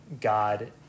God